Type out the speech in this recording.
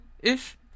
ish